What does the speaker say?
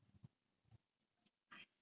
I like sivakarthikeyan